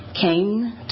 came